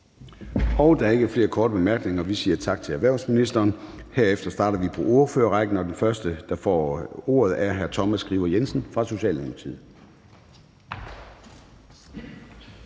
Der er ikke flere korte bemærkninger. Vi siger tak til erhvervsministeren. Herefter starter vi på ordførerrækken, og den første, der får ordet, er hr. Thomas Skriver Jensen fra Socialdemokratiet.